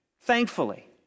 thankfully